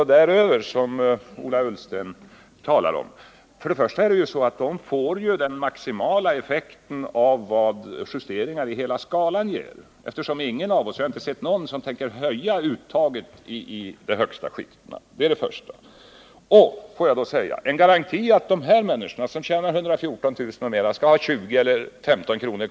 och däröver, som Ola Ullsten talade om, vill jag framhålla att de får den maximala effekten av vad justeringarna av hela skalan ger, eftersom ingen av oss tänker höja uttaget i de högsta skikten. Jag kan överväga en garanti för att de människor som tjänar 114 000 och mer skall få 15—20 kr.